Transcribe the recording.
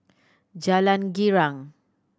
Jalan Girang